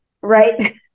right